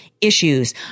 issues